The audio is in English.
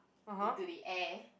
into the air